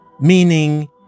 meaning